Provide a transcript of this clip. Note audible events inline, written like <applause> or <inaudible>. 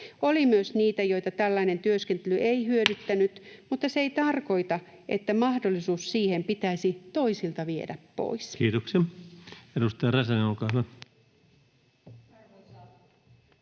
Oli myös niitä, joita tällainen työskentely ei hyödyttänyt, <noise> mutta se ei tarkoita, että mahdollisuus siihen pitäisi toisilta viedä pois. Kiitoksia. — Edustaja Räsänen, olkaa hyvä.